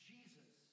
Jesus